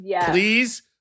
please